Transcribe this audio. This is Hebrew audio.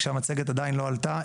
כשהמצגת עדיין לא עלתה,